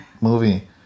movie